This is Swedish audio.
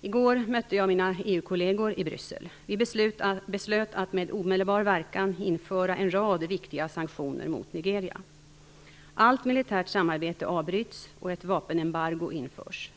I går mötte jag mina EU-kolleger i Bryssel. Vi beslutade att med omedelbar verkan införa en rad viktiga sanktioner mot Nigeria. Allt militärt samarbete avbryts och ett vapenembargo införs.